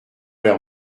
l’air